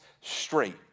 straight